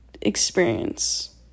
experience